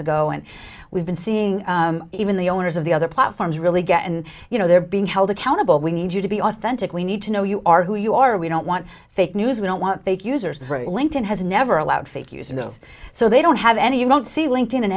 ago and we've been seeing even the owners of the other platforms really get and you know they're being held accountable we need you to be authentic we need to know you are who you are we don't want fake news we don't want the users of linked in has never allowed figures in those so they don't have any you don't see linked in